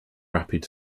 rapid